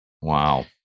Wow